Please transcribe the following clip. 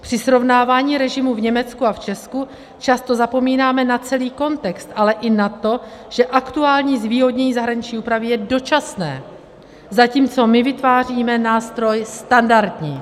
Při srovnání režimu v Německu a v Česku často zapomínáme na celý kontext, ale i na to, že aktuální zvýhodnění zahraniční úpravy je dočasné, zatímco my vytváříme nástroj standardní.